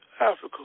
Africa